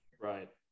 Right